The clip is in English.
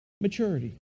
Maturity